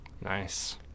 Nice